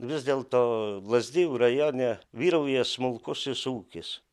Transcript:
vis dėlto lazdijų rajone vyrauja smulkusis ūkis